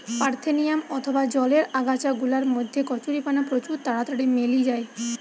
parthenium অথবা জলের আগাছা গুলার মধ্যে কচুরিপানা প্রচুর তাড়াতাড়ি মেলি যায়